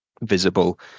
visible